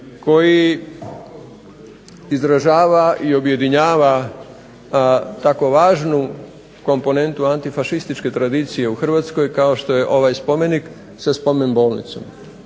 koji izražava i objedinjava tako važnu komponentu antifašističke tradicije u Hrvatskoj kao što je ovaj spomenik sa spomen-bolnicom.